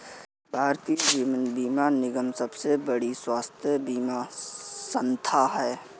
भारतीय जीवन बीमा निगम सबसे बड़ी स्वास्थ्य बीमा संथा है